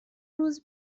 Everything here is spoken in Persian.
روز